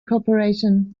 corporation